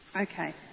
Okay